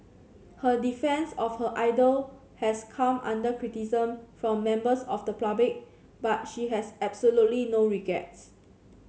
her defence of her idol has come under criticism from members of the public but she has absolutely no regrets